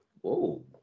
Whoa